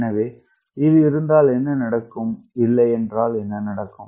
எனவே இது இருத்தால் என்ன நடக்கும் இல்லையென்றால் என்னவாகும்